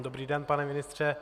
Dobrý den pane ministře.